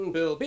Bill